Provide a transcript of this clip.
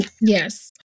Yes